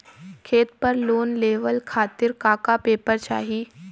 खेत पर लोन लेवल खातिर का का पेपर चाही?